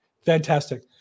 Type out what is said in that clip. Fantastic